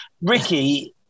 Ricky